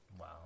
Wow